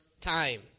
time